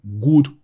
Good